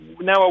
now